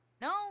No